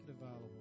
available